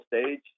stage